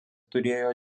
turėjo